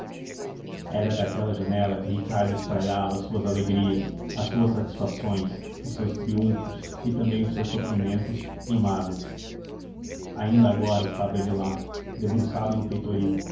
era daquela janela que ricardo espraiava as suas alegrias as suas satisfações os seus triunfos e também os seus sofrimentos e mágoas ainda agora estava ele lá debruçado no peitoril